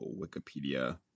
Wikipedia